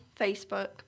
Facebook